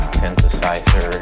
synthesizer